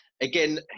again